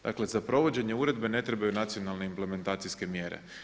Dakle za provedbe uredbe ne trebaju nacionalne implementacijske mjere.